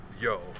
Yo